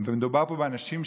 מדובר פה באנשים,